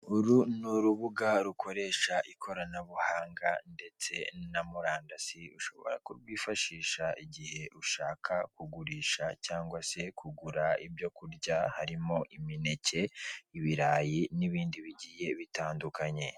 Uru ni urubuga rukoresha ikoranabuhanga ndetse na murandasi, ushobora kurwifashisha igihe ushaka kugurisha cyangwa se ibyo kurya harimo imineke, ibirayi n'ibindi bigiye bitandukanye.